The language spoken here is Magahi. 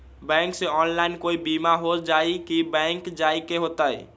बैंक से ऑनलाइन कोई बिमा हो जाई कि बैंक जाए के होई त?